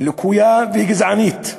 לקויה וגזענית,